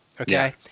Okay